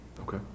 Okay